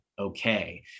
okay